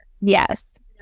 Yes